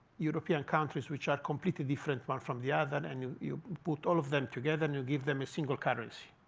european countries, which are completely different one from the other, and and you you put all of them together. and you give them a single currency.